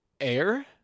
air